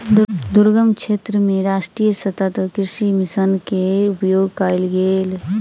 दुर्गम क्षेत्र मे राष्ट्रीय सतत कृषि मिशन के उपयोग कयल गेल